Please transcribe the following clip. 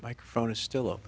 mike from the store